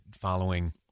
following